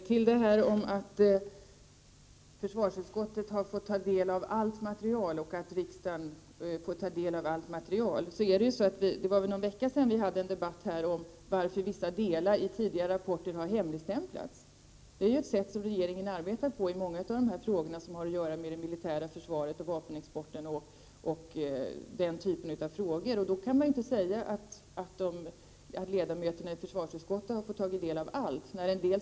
Herr talman! Försvarsministern säger att försvarsutskottet och riksdagen får ta del av allt material. För någon vecka sedan hade vi en debatt om varför vissa delar av den tidigare rapporten har hemligstämplats. Detta är ett sätt som regeringen arbetar på i många av de frågor som rör bl.a. det militära försvaret och vapenexporten. Då kan man inte säga att ledamöterna i försvarsutskottet har fått ta del av allt.